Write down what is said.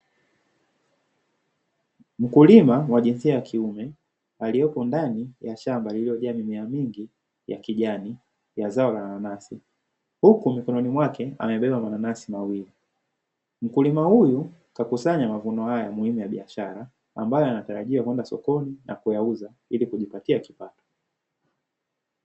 Mkulima wa jinsia ya kiume aliyopo ndani ya shamba lililojaa mimea mingi ya kijani ya zao la nanasi, huku mikononi mwake amebeba mananasi mawili mkulima huyu kakusanya mavuno haya muhimu ya biashara ambayo yanatarajia kwenda sokoni na kuyauza ili kujipatia kipato.